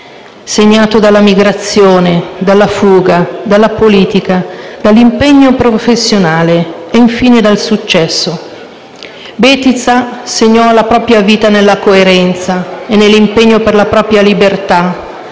segnato dalla migrazione, dalla fuga, dalla politica, dall'impegno professionale e infine dal successo. Bettiza segnò la propria vita nella coerenza e nell'impegno per la propria libertà